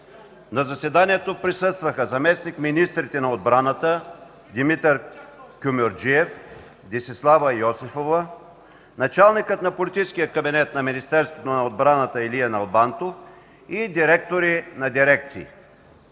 На заседанието присъстваха заместник-министрите на отбраната Димитър Кюмюрджиев и Десислава Йосифова, началникът на политическия кабинет на Министерството на отбраната Илия Налбантов и директори на дирекции.